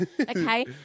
Okay